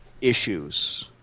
issues